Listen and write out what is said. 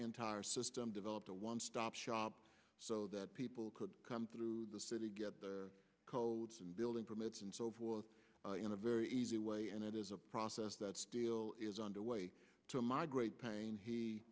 entire system developed a one stop shop so that people could come through the city get their codes and building permits and so forth in a very easy way and it is a process that still is underway to my great pain he